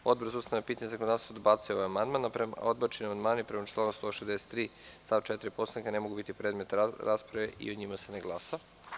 Odbor za ustavna pitanja i zakonodavstvo je odbacio ovaj amandman, a odbačeni amandmani prema članu 163. stav 4. Poslovnika, ne mogu biti predmet rasprave i o njima se ne glasa.